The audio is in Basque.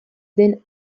den